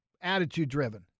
attitude-driven